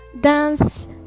dance